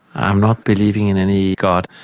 i'm not believing in any god,